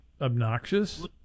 obnoxious